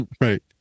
right